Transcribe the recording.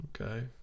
okay